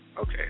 okay